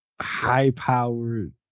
high-powered